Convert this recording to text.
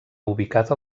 ubicat